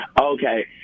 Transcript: Okay